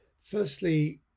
Firstly